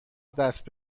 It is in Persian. دست